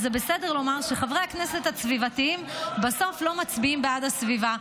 אז זה בסדר לומר שחברי הכנסת הסביבתיים בסוף לא מצביעים בעד הסביבה.